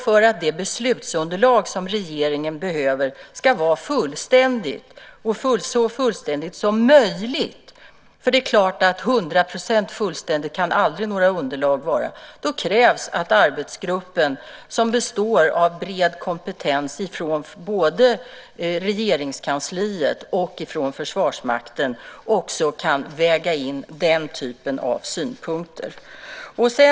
För att det beslutsunderlag som regeringen behöver ska vara så fullständigt som möjligt - det är klart att hundra procent fullständigt kan aldrig några underlag vara - krävs att arbetsgruppen, som består av bred kompetens från både Regeringskansliet och Försvarsmakten, också kan väga in den typen av synpunkter.